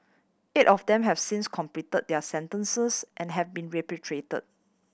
eight of them have since completed their sentences and have been repatriated